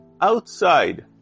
outside